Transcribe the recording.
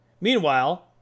Meanwhile